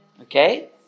Okay